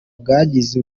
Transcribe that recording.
bwagize